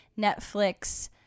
Netflix